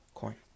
coin